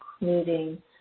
including